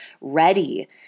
ready